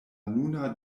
nuna